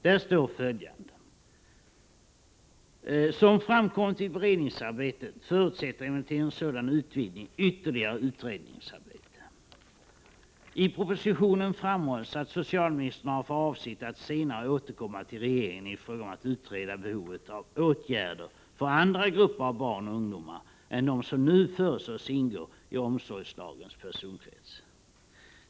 Där står följande: ”Som framkommit vid beredningsarbetet förutsätter emellertid en sådan utvidgning ytterligare utredningsarbete. I propositionen framhålls att socialministern har för avsikt att senare återkomma till regeringen i frågan om att utreda behovet av åtgärder för andra grupper av barn och ungdomar än dem som nu föreslås ingå i omsorgslagens personkrets.